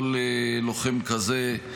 כל לוחם כזה,